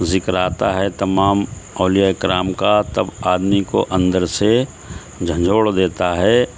ذکر آتا ہے تمام اولیائے کرام کا تب آدمی کو اندر سے جھنجھوڑ دیتا ہے